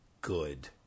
good